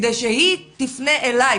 כדי שהיא תפנה אליי,